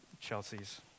Chelsea's